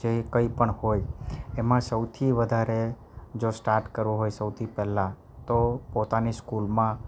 જે કંઈ પણ હોય એમાં સૌથી વધારે જો સ્ટાર્ટ કરવો હોય સૌથી પહેલાં તો પોતાની સ્કૂલમાં